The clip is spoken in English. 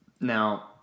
Now